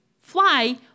fly